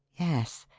yes!